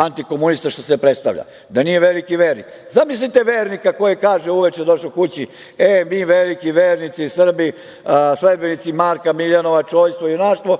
antikomunista, što se predstavlja, da nije veliki vernik. Zamislite vernika koji je uveče došao kući i kaže – e, mi veliki vernici Srbi, sledbenici Marka Miljanova čojstva, junaštvo,